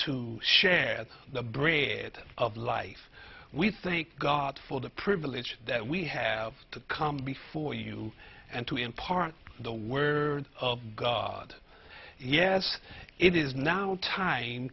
to share the bread of life we think god for the privilege that we have to come before you and to impart the word of god yes it is now time